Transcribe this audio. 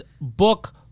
book